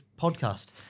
podcast